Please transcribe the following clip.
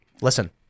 listen